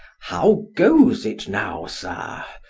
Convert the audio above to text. how goes it now, sir?